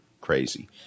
crazy